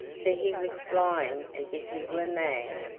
for he was flying as if he were mad,